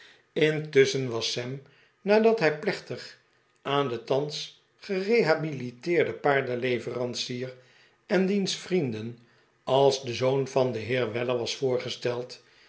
intusschen was sam nadat hij plechtig aan den thans gerehabiliteerden paardenleverancier en diens vrienden als de zoon van den heer weller was